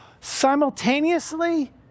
simultaneously